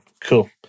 Cool